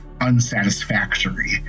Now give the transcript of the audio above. unsatisfactory